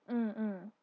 mm mm